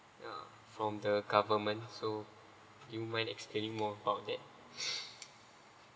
from the government so you might explain more about that